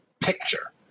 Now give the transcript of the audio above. picture